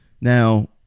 Now